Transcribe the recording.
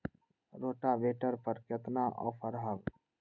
Rotavator पर केतना offer हव?